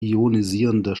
ionisierender